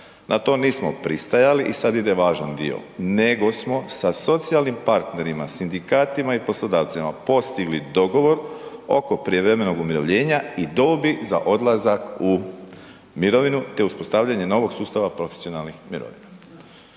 Na to nismo pristajali i sad ide važan dio, nego smo sa socijalnim partnerima, sindikatima i poslodavcima postigli dogovor oko prijevremenog umirovljenja i dobi za odlazak u mirovinu te uspostavljanja novog sustava profesionalnih mirovina.